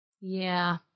Yeah